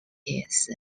its